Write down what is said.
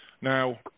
Now